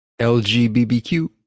LGBTQ